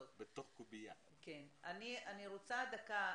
אני רוצה, ברשותך,